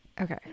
Okay